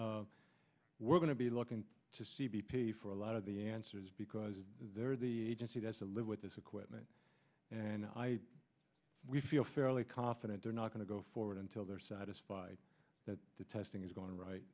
in we're going to be looking to see b p for a lot of the answers because they're the agency that's to live with this equipment and i feel fairly confident they're not going to go forward until they're satisfied that the testing is going right